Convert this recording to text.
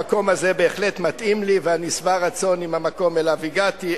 המקום הזה בהחלט מתאים לי ואני שבע רצון מהמקום שאליו הגעתי,